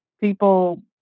people